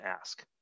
ask